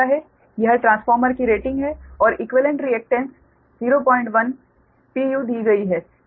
यह ट्रांसफार्मर की रेटिंग है और इक्वीवेलेंट रिएकटेन्स 01 pu दी गई है